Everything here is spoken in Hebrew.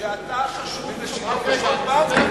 שאתה חשוד בשוד הבנק אתמול.